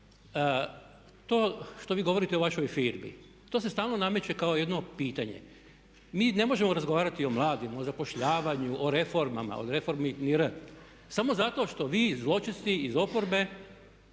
To što vi govorite o vašoj firmi, to se stalno nameće kao jedno pitanje. Mi ne možemo razgovarati o mladima, o zapošljavanju, o reformama, o reformi ni R samo zato što vi zločesti iz oporbe